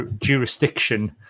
jurisdiction